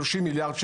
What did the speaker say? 30 מיליארד שקל.